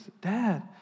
Dad